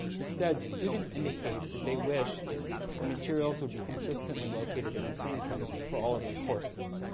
instead, students indicate that they wish that the materials could be consistenly located in the same place for all of the courses.